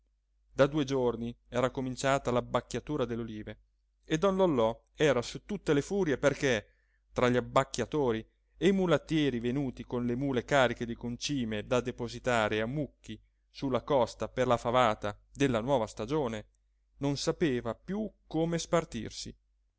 da due giorni era cominciata l'abbacchiatura delle olive e don lollò era su tutte le furie perché tra gli abbacchiatori e i mulattieri venuti con le mule cariche di concime da depositare a mucchi su la costa per la favata della nuova stagione non sapeva più come spartirsi